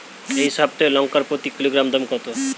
এই সপ্তাহের লঙ্কার প্রতি কিলোগ্রামে দাম কত?